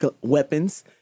weapons